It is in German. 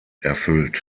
erfüllt